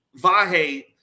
Vahe